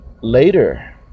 later